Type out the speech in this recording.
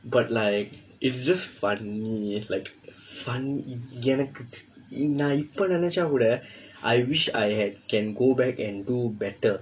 but like it's just funny like funny எனக்கு நான் இப்போ நினைத்தால் கூட:enakku naan ippoo ninaiththaal kuuda I wish I had can go back and do better